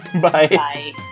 Bye